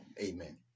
Amen